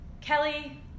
Kelly